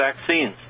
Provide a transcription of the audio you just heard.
vaccines